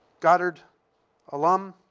goddard alum,